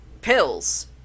pills